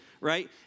right